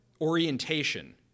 orientation